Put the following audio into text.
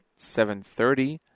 7.30